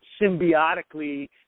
symbiotically